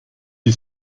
die